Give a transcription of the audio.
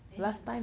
then you